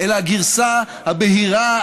אלא הגרסה הבהירה,